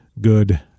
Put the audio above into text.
good